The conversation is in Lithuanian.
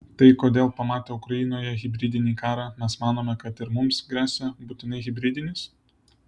tai kodėl pamatę ukrainoje hibridinį karą mes manome kad ir mums gresia būtinai hibridinis